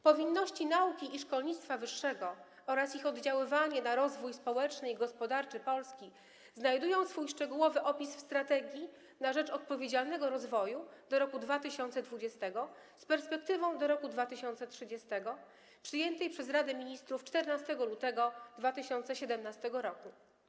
Powinności nauki i szkolnictwa wyższego oraz ich oddziaływanie na rozwój społeczny i gospodarczy Polski znajdują swój szczegółowy opis w „Strategii na rzecz odpowiedzialnego rozwoju do roku 2020 (z perspektywą do roku 2030)”, przyjętej przez Radę Ministrów 14 lutego 2017 r.